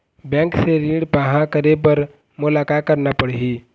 Bank से ऋण पाहां करे बर मोला का करना पड़ही?